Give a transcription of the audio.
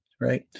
right